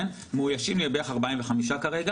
מאוישים לי בערך 45 כרגע,